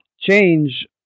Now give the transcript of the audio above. change